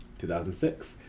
2006